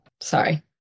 Sorry